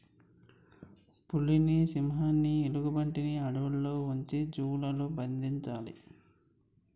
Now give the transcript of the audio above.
పులిని సింహాన్ని ఎలుగుబంటిని అడవుల్లో ఉంచి జూ లలో బంధించాలి